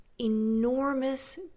enormous